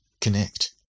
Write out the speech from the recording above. connect